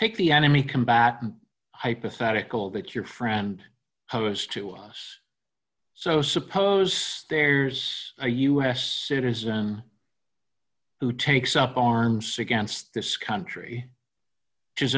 take the enemy combatant hypothetical that your friend posed to us so suppose there's a u s citizen who takes up arms against this country